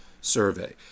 Survey